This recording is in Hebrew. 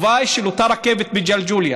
התוואי של אותה הרכבת מג'לג'וליה